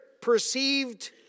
perceived